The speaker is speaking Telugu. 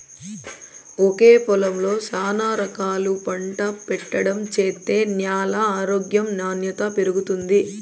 ఒకే పొలంలో శానా రకాలు పంట పెట్టడం చేత్తే న్యాల ఆరోగ్యం నాణ్యత పెరుగుతుంది